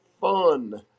fun